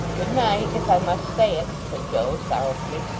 good night if i must say it said joe, sorrowfully.